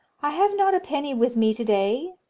i have not a penny with me to-day,